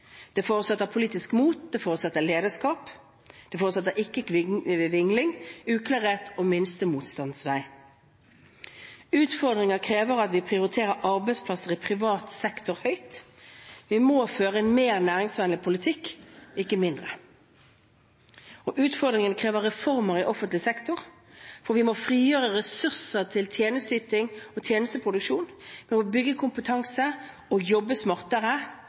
Det forutsetter politisk mot. Det forutsetter lederskap – ikke vingling, uklarhet og minste motstands vei. Utfordringene krever at vi prioriterer arbeidsplasser i privat sektor høyt. Vi må føre en mer næringsvennlig politikk, ikke mindre. Og utfordringene krever reformer i offentlig sektor. Vi må frigjøre ressurser til tjenesteyting og tjenesteproduksjon. Vi må bygge kompetanse og jobbe smartere,